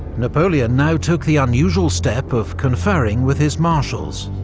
napoleon now took the unusual step of conferring with his marshals.